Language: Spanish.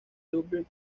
louvre